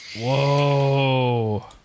Whoa